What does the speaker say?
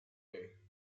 day